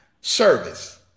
service